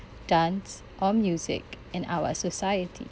dance or music in our society